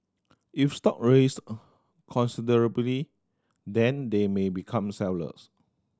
if stock raise considerably then they may become sellers